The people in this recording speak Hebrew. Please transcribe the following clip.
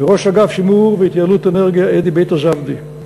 ראש אגף שימור והתייעלות אנרגיה אדי בית-הזבדי,